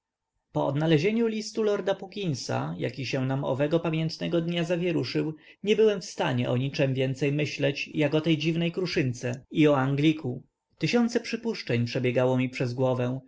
po odnalezieniu listu lorda puckinsa jaki się nam owego pamiętnego dnia zawieruszył nie byłem w stanie o niczem więcej myśleć jak o tej dziwnej kruszynce i o angliku tysiące przypuszczeń przebiegało mi przez głowę